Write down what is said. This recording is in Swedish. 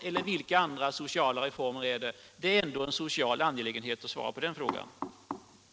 Eller vilka sociala reformer är det? Det är ändå en angelägenhet att svara på den frågan. grammet för barnomsorgen 170